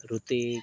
Hrithik